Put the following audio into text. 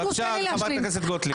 בבקשה, חברת הכנסת גוטליב.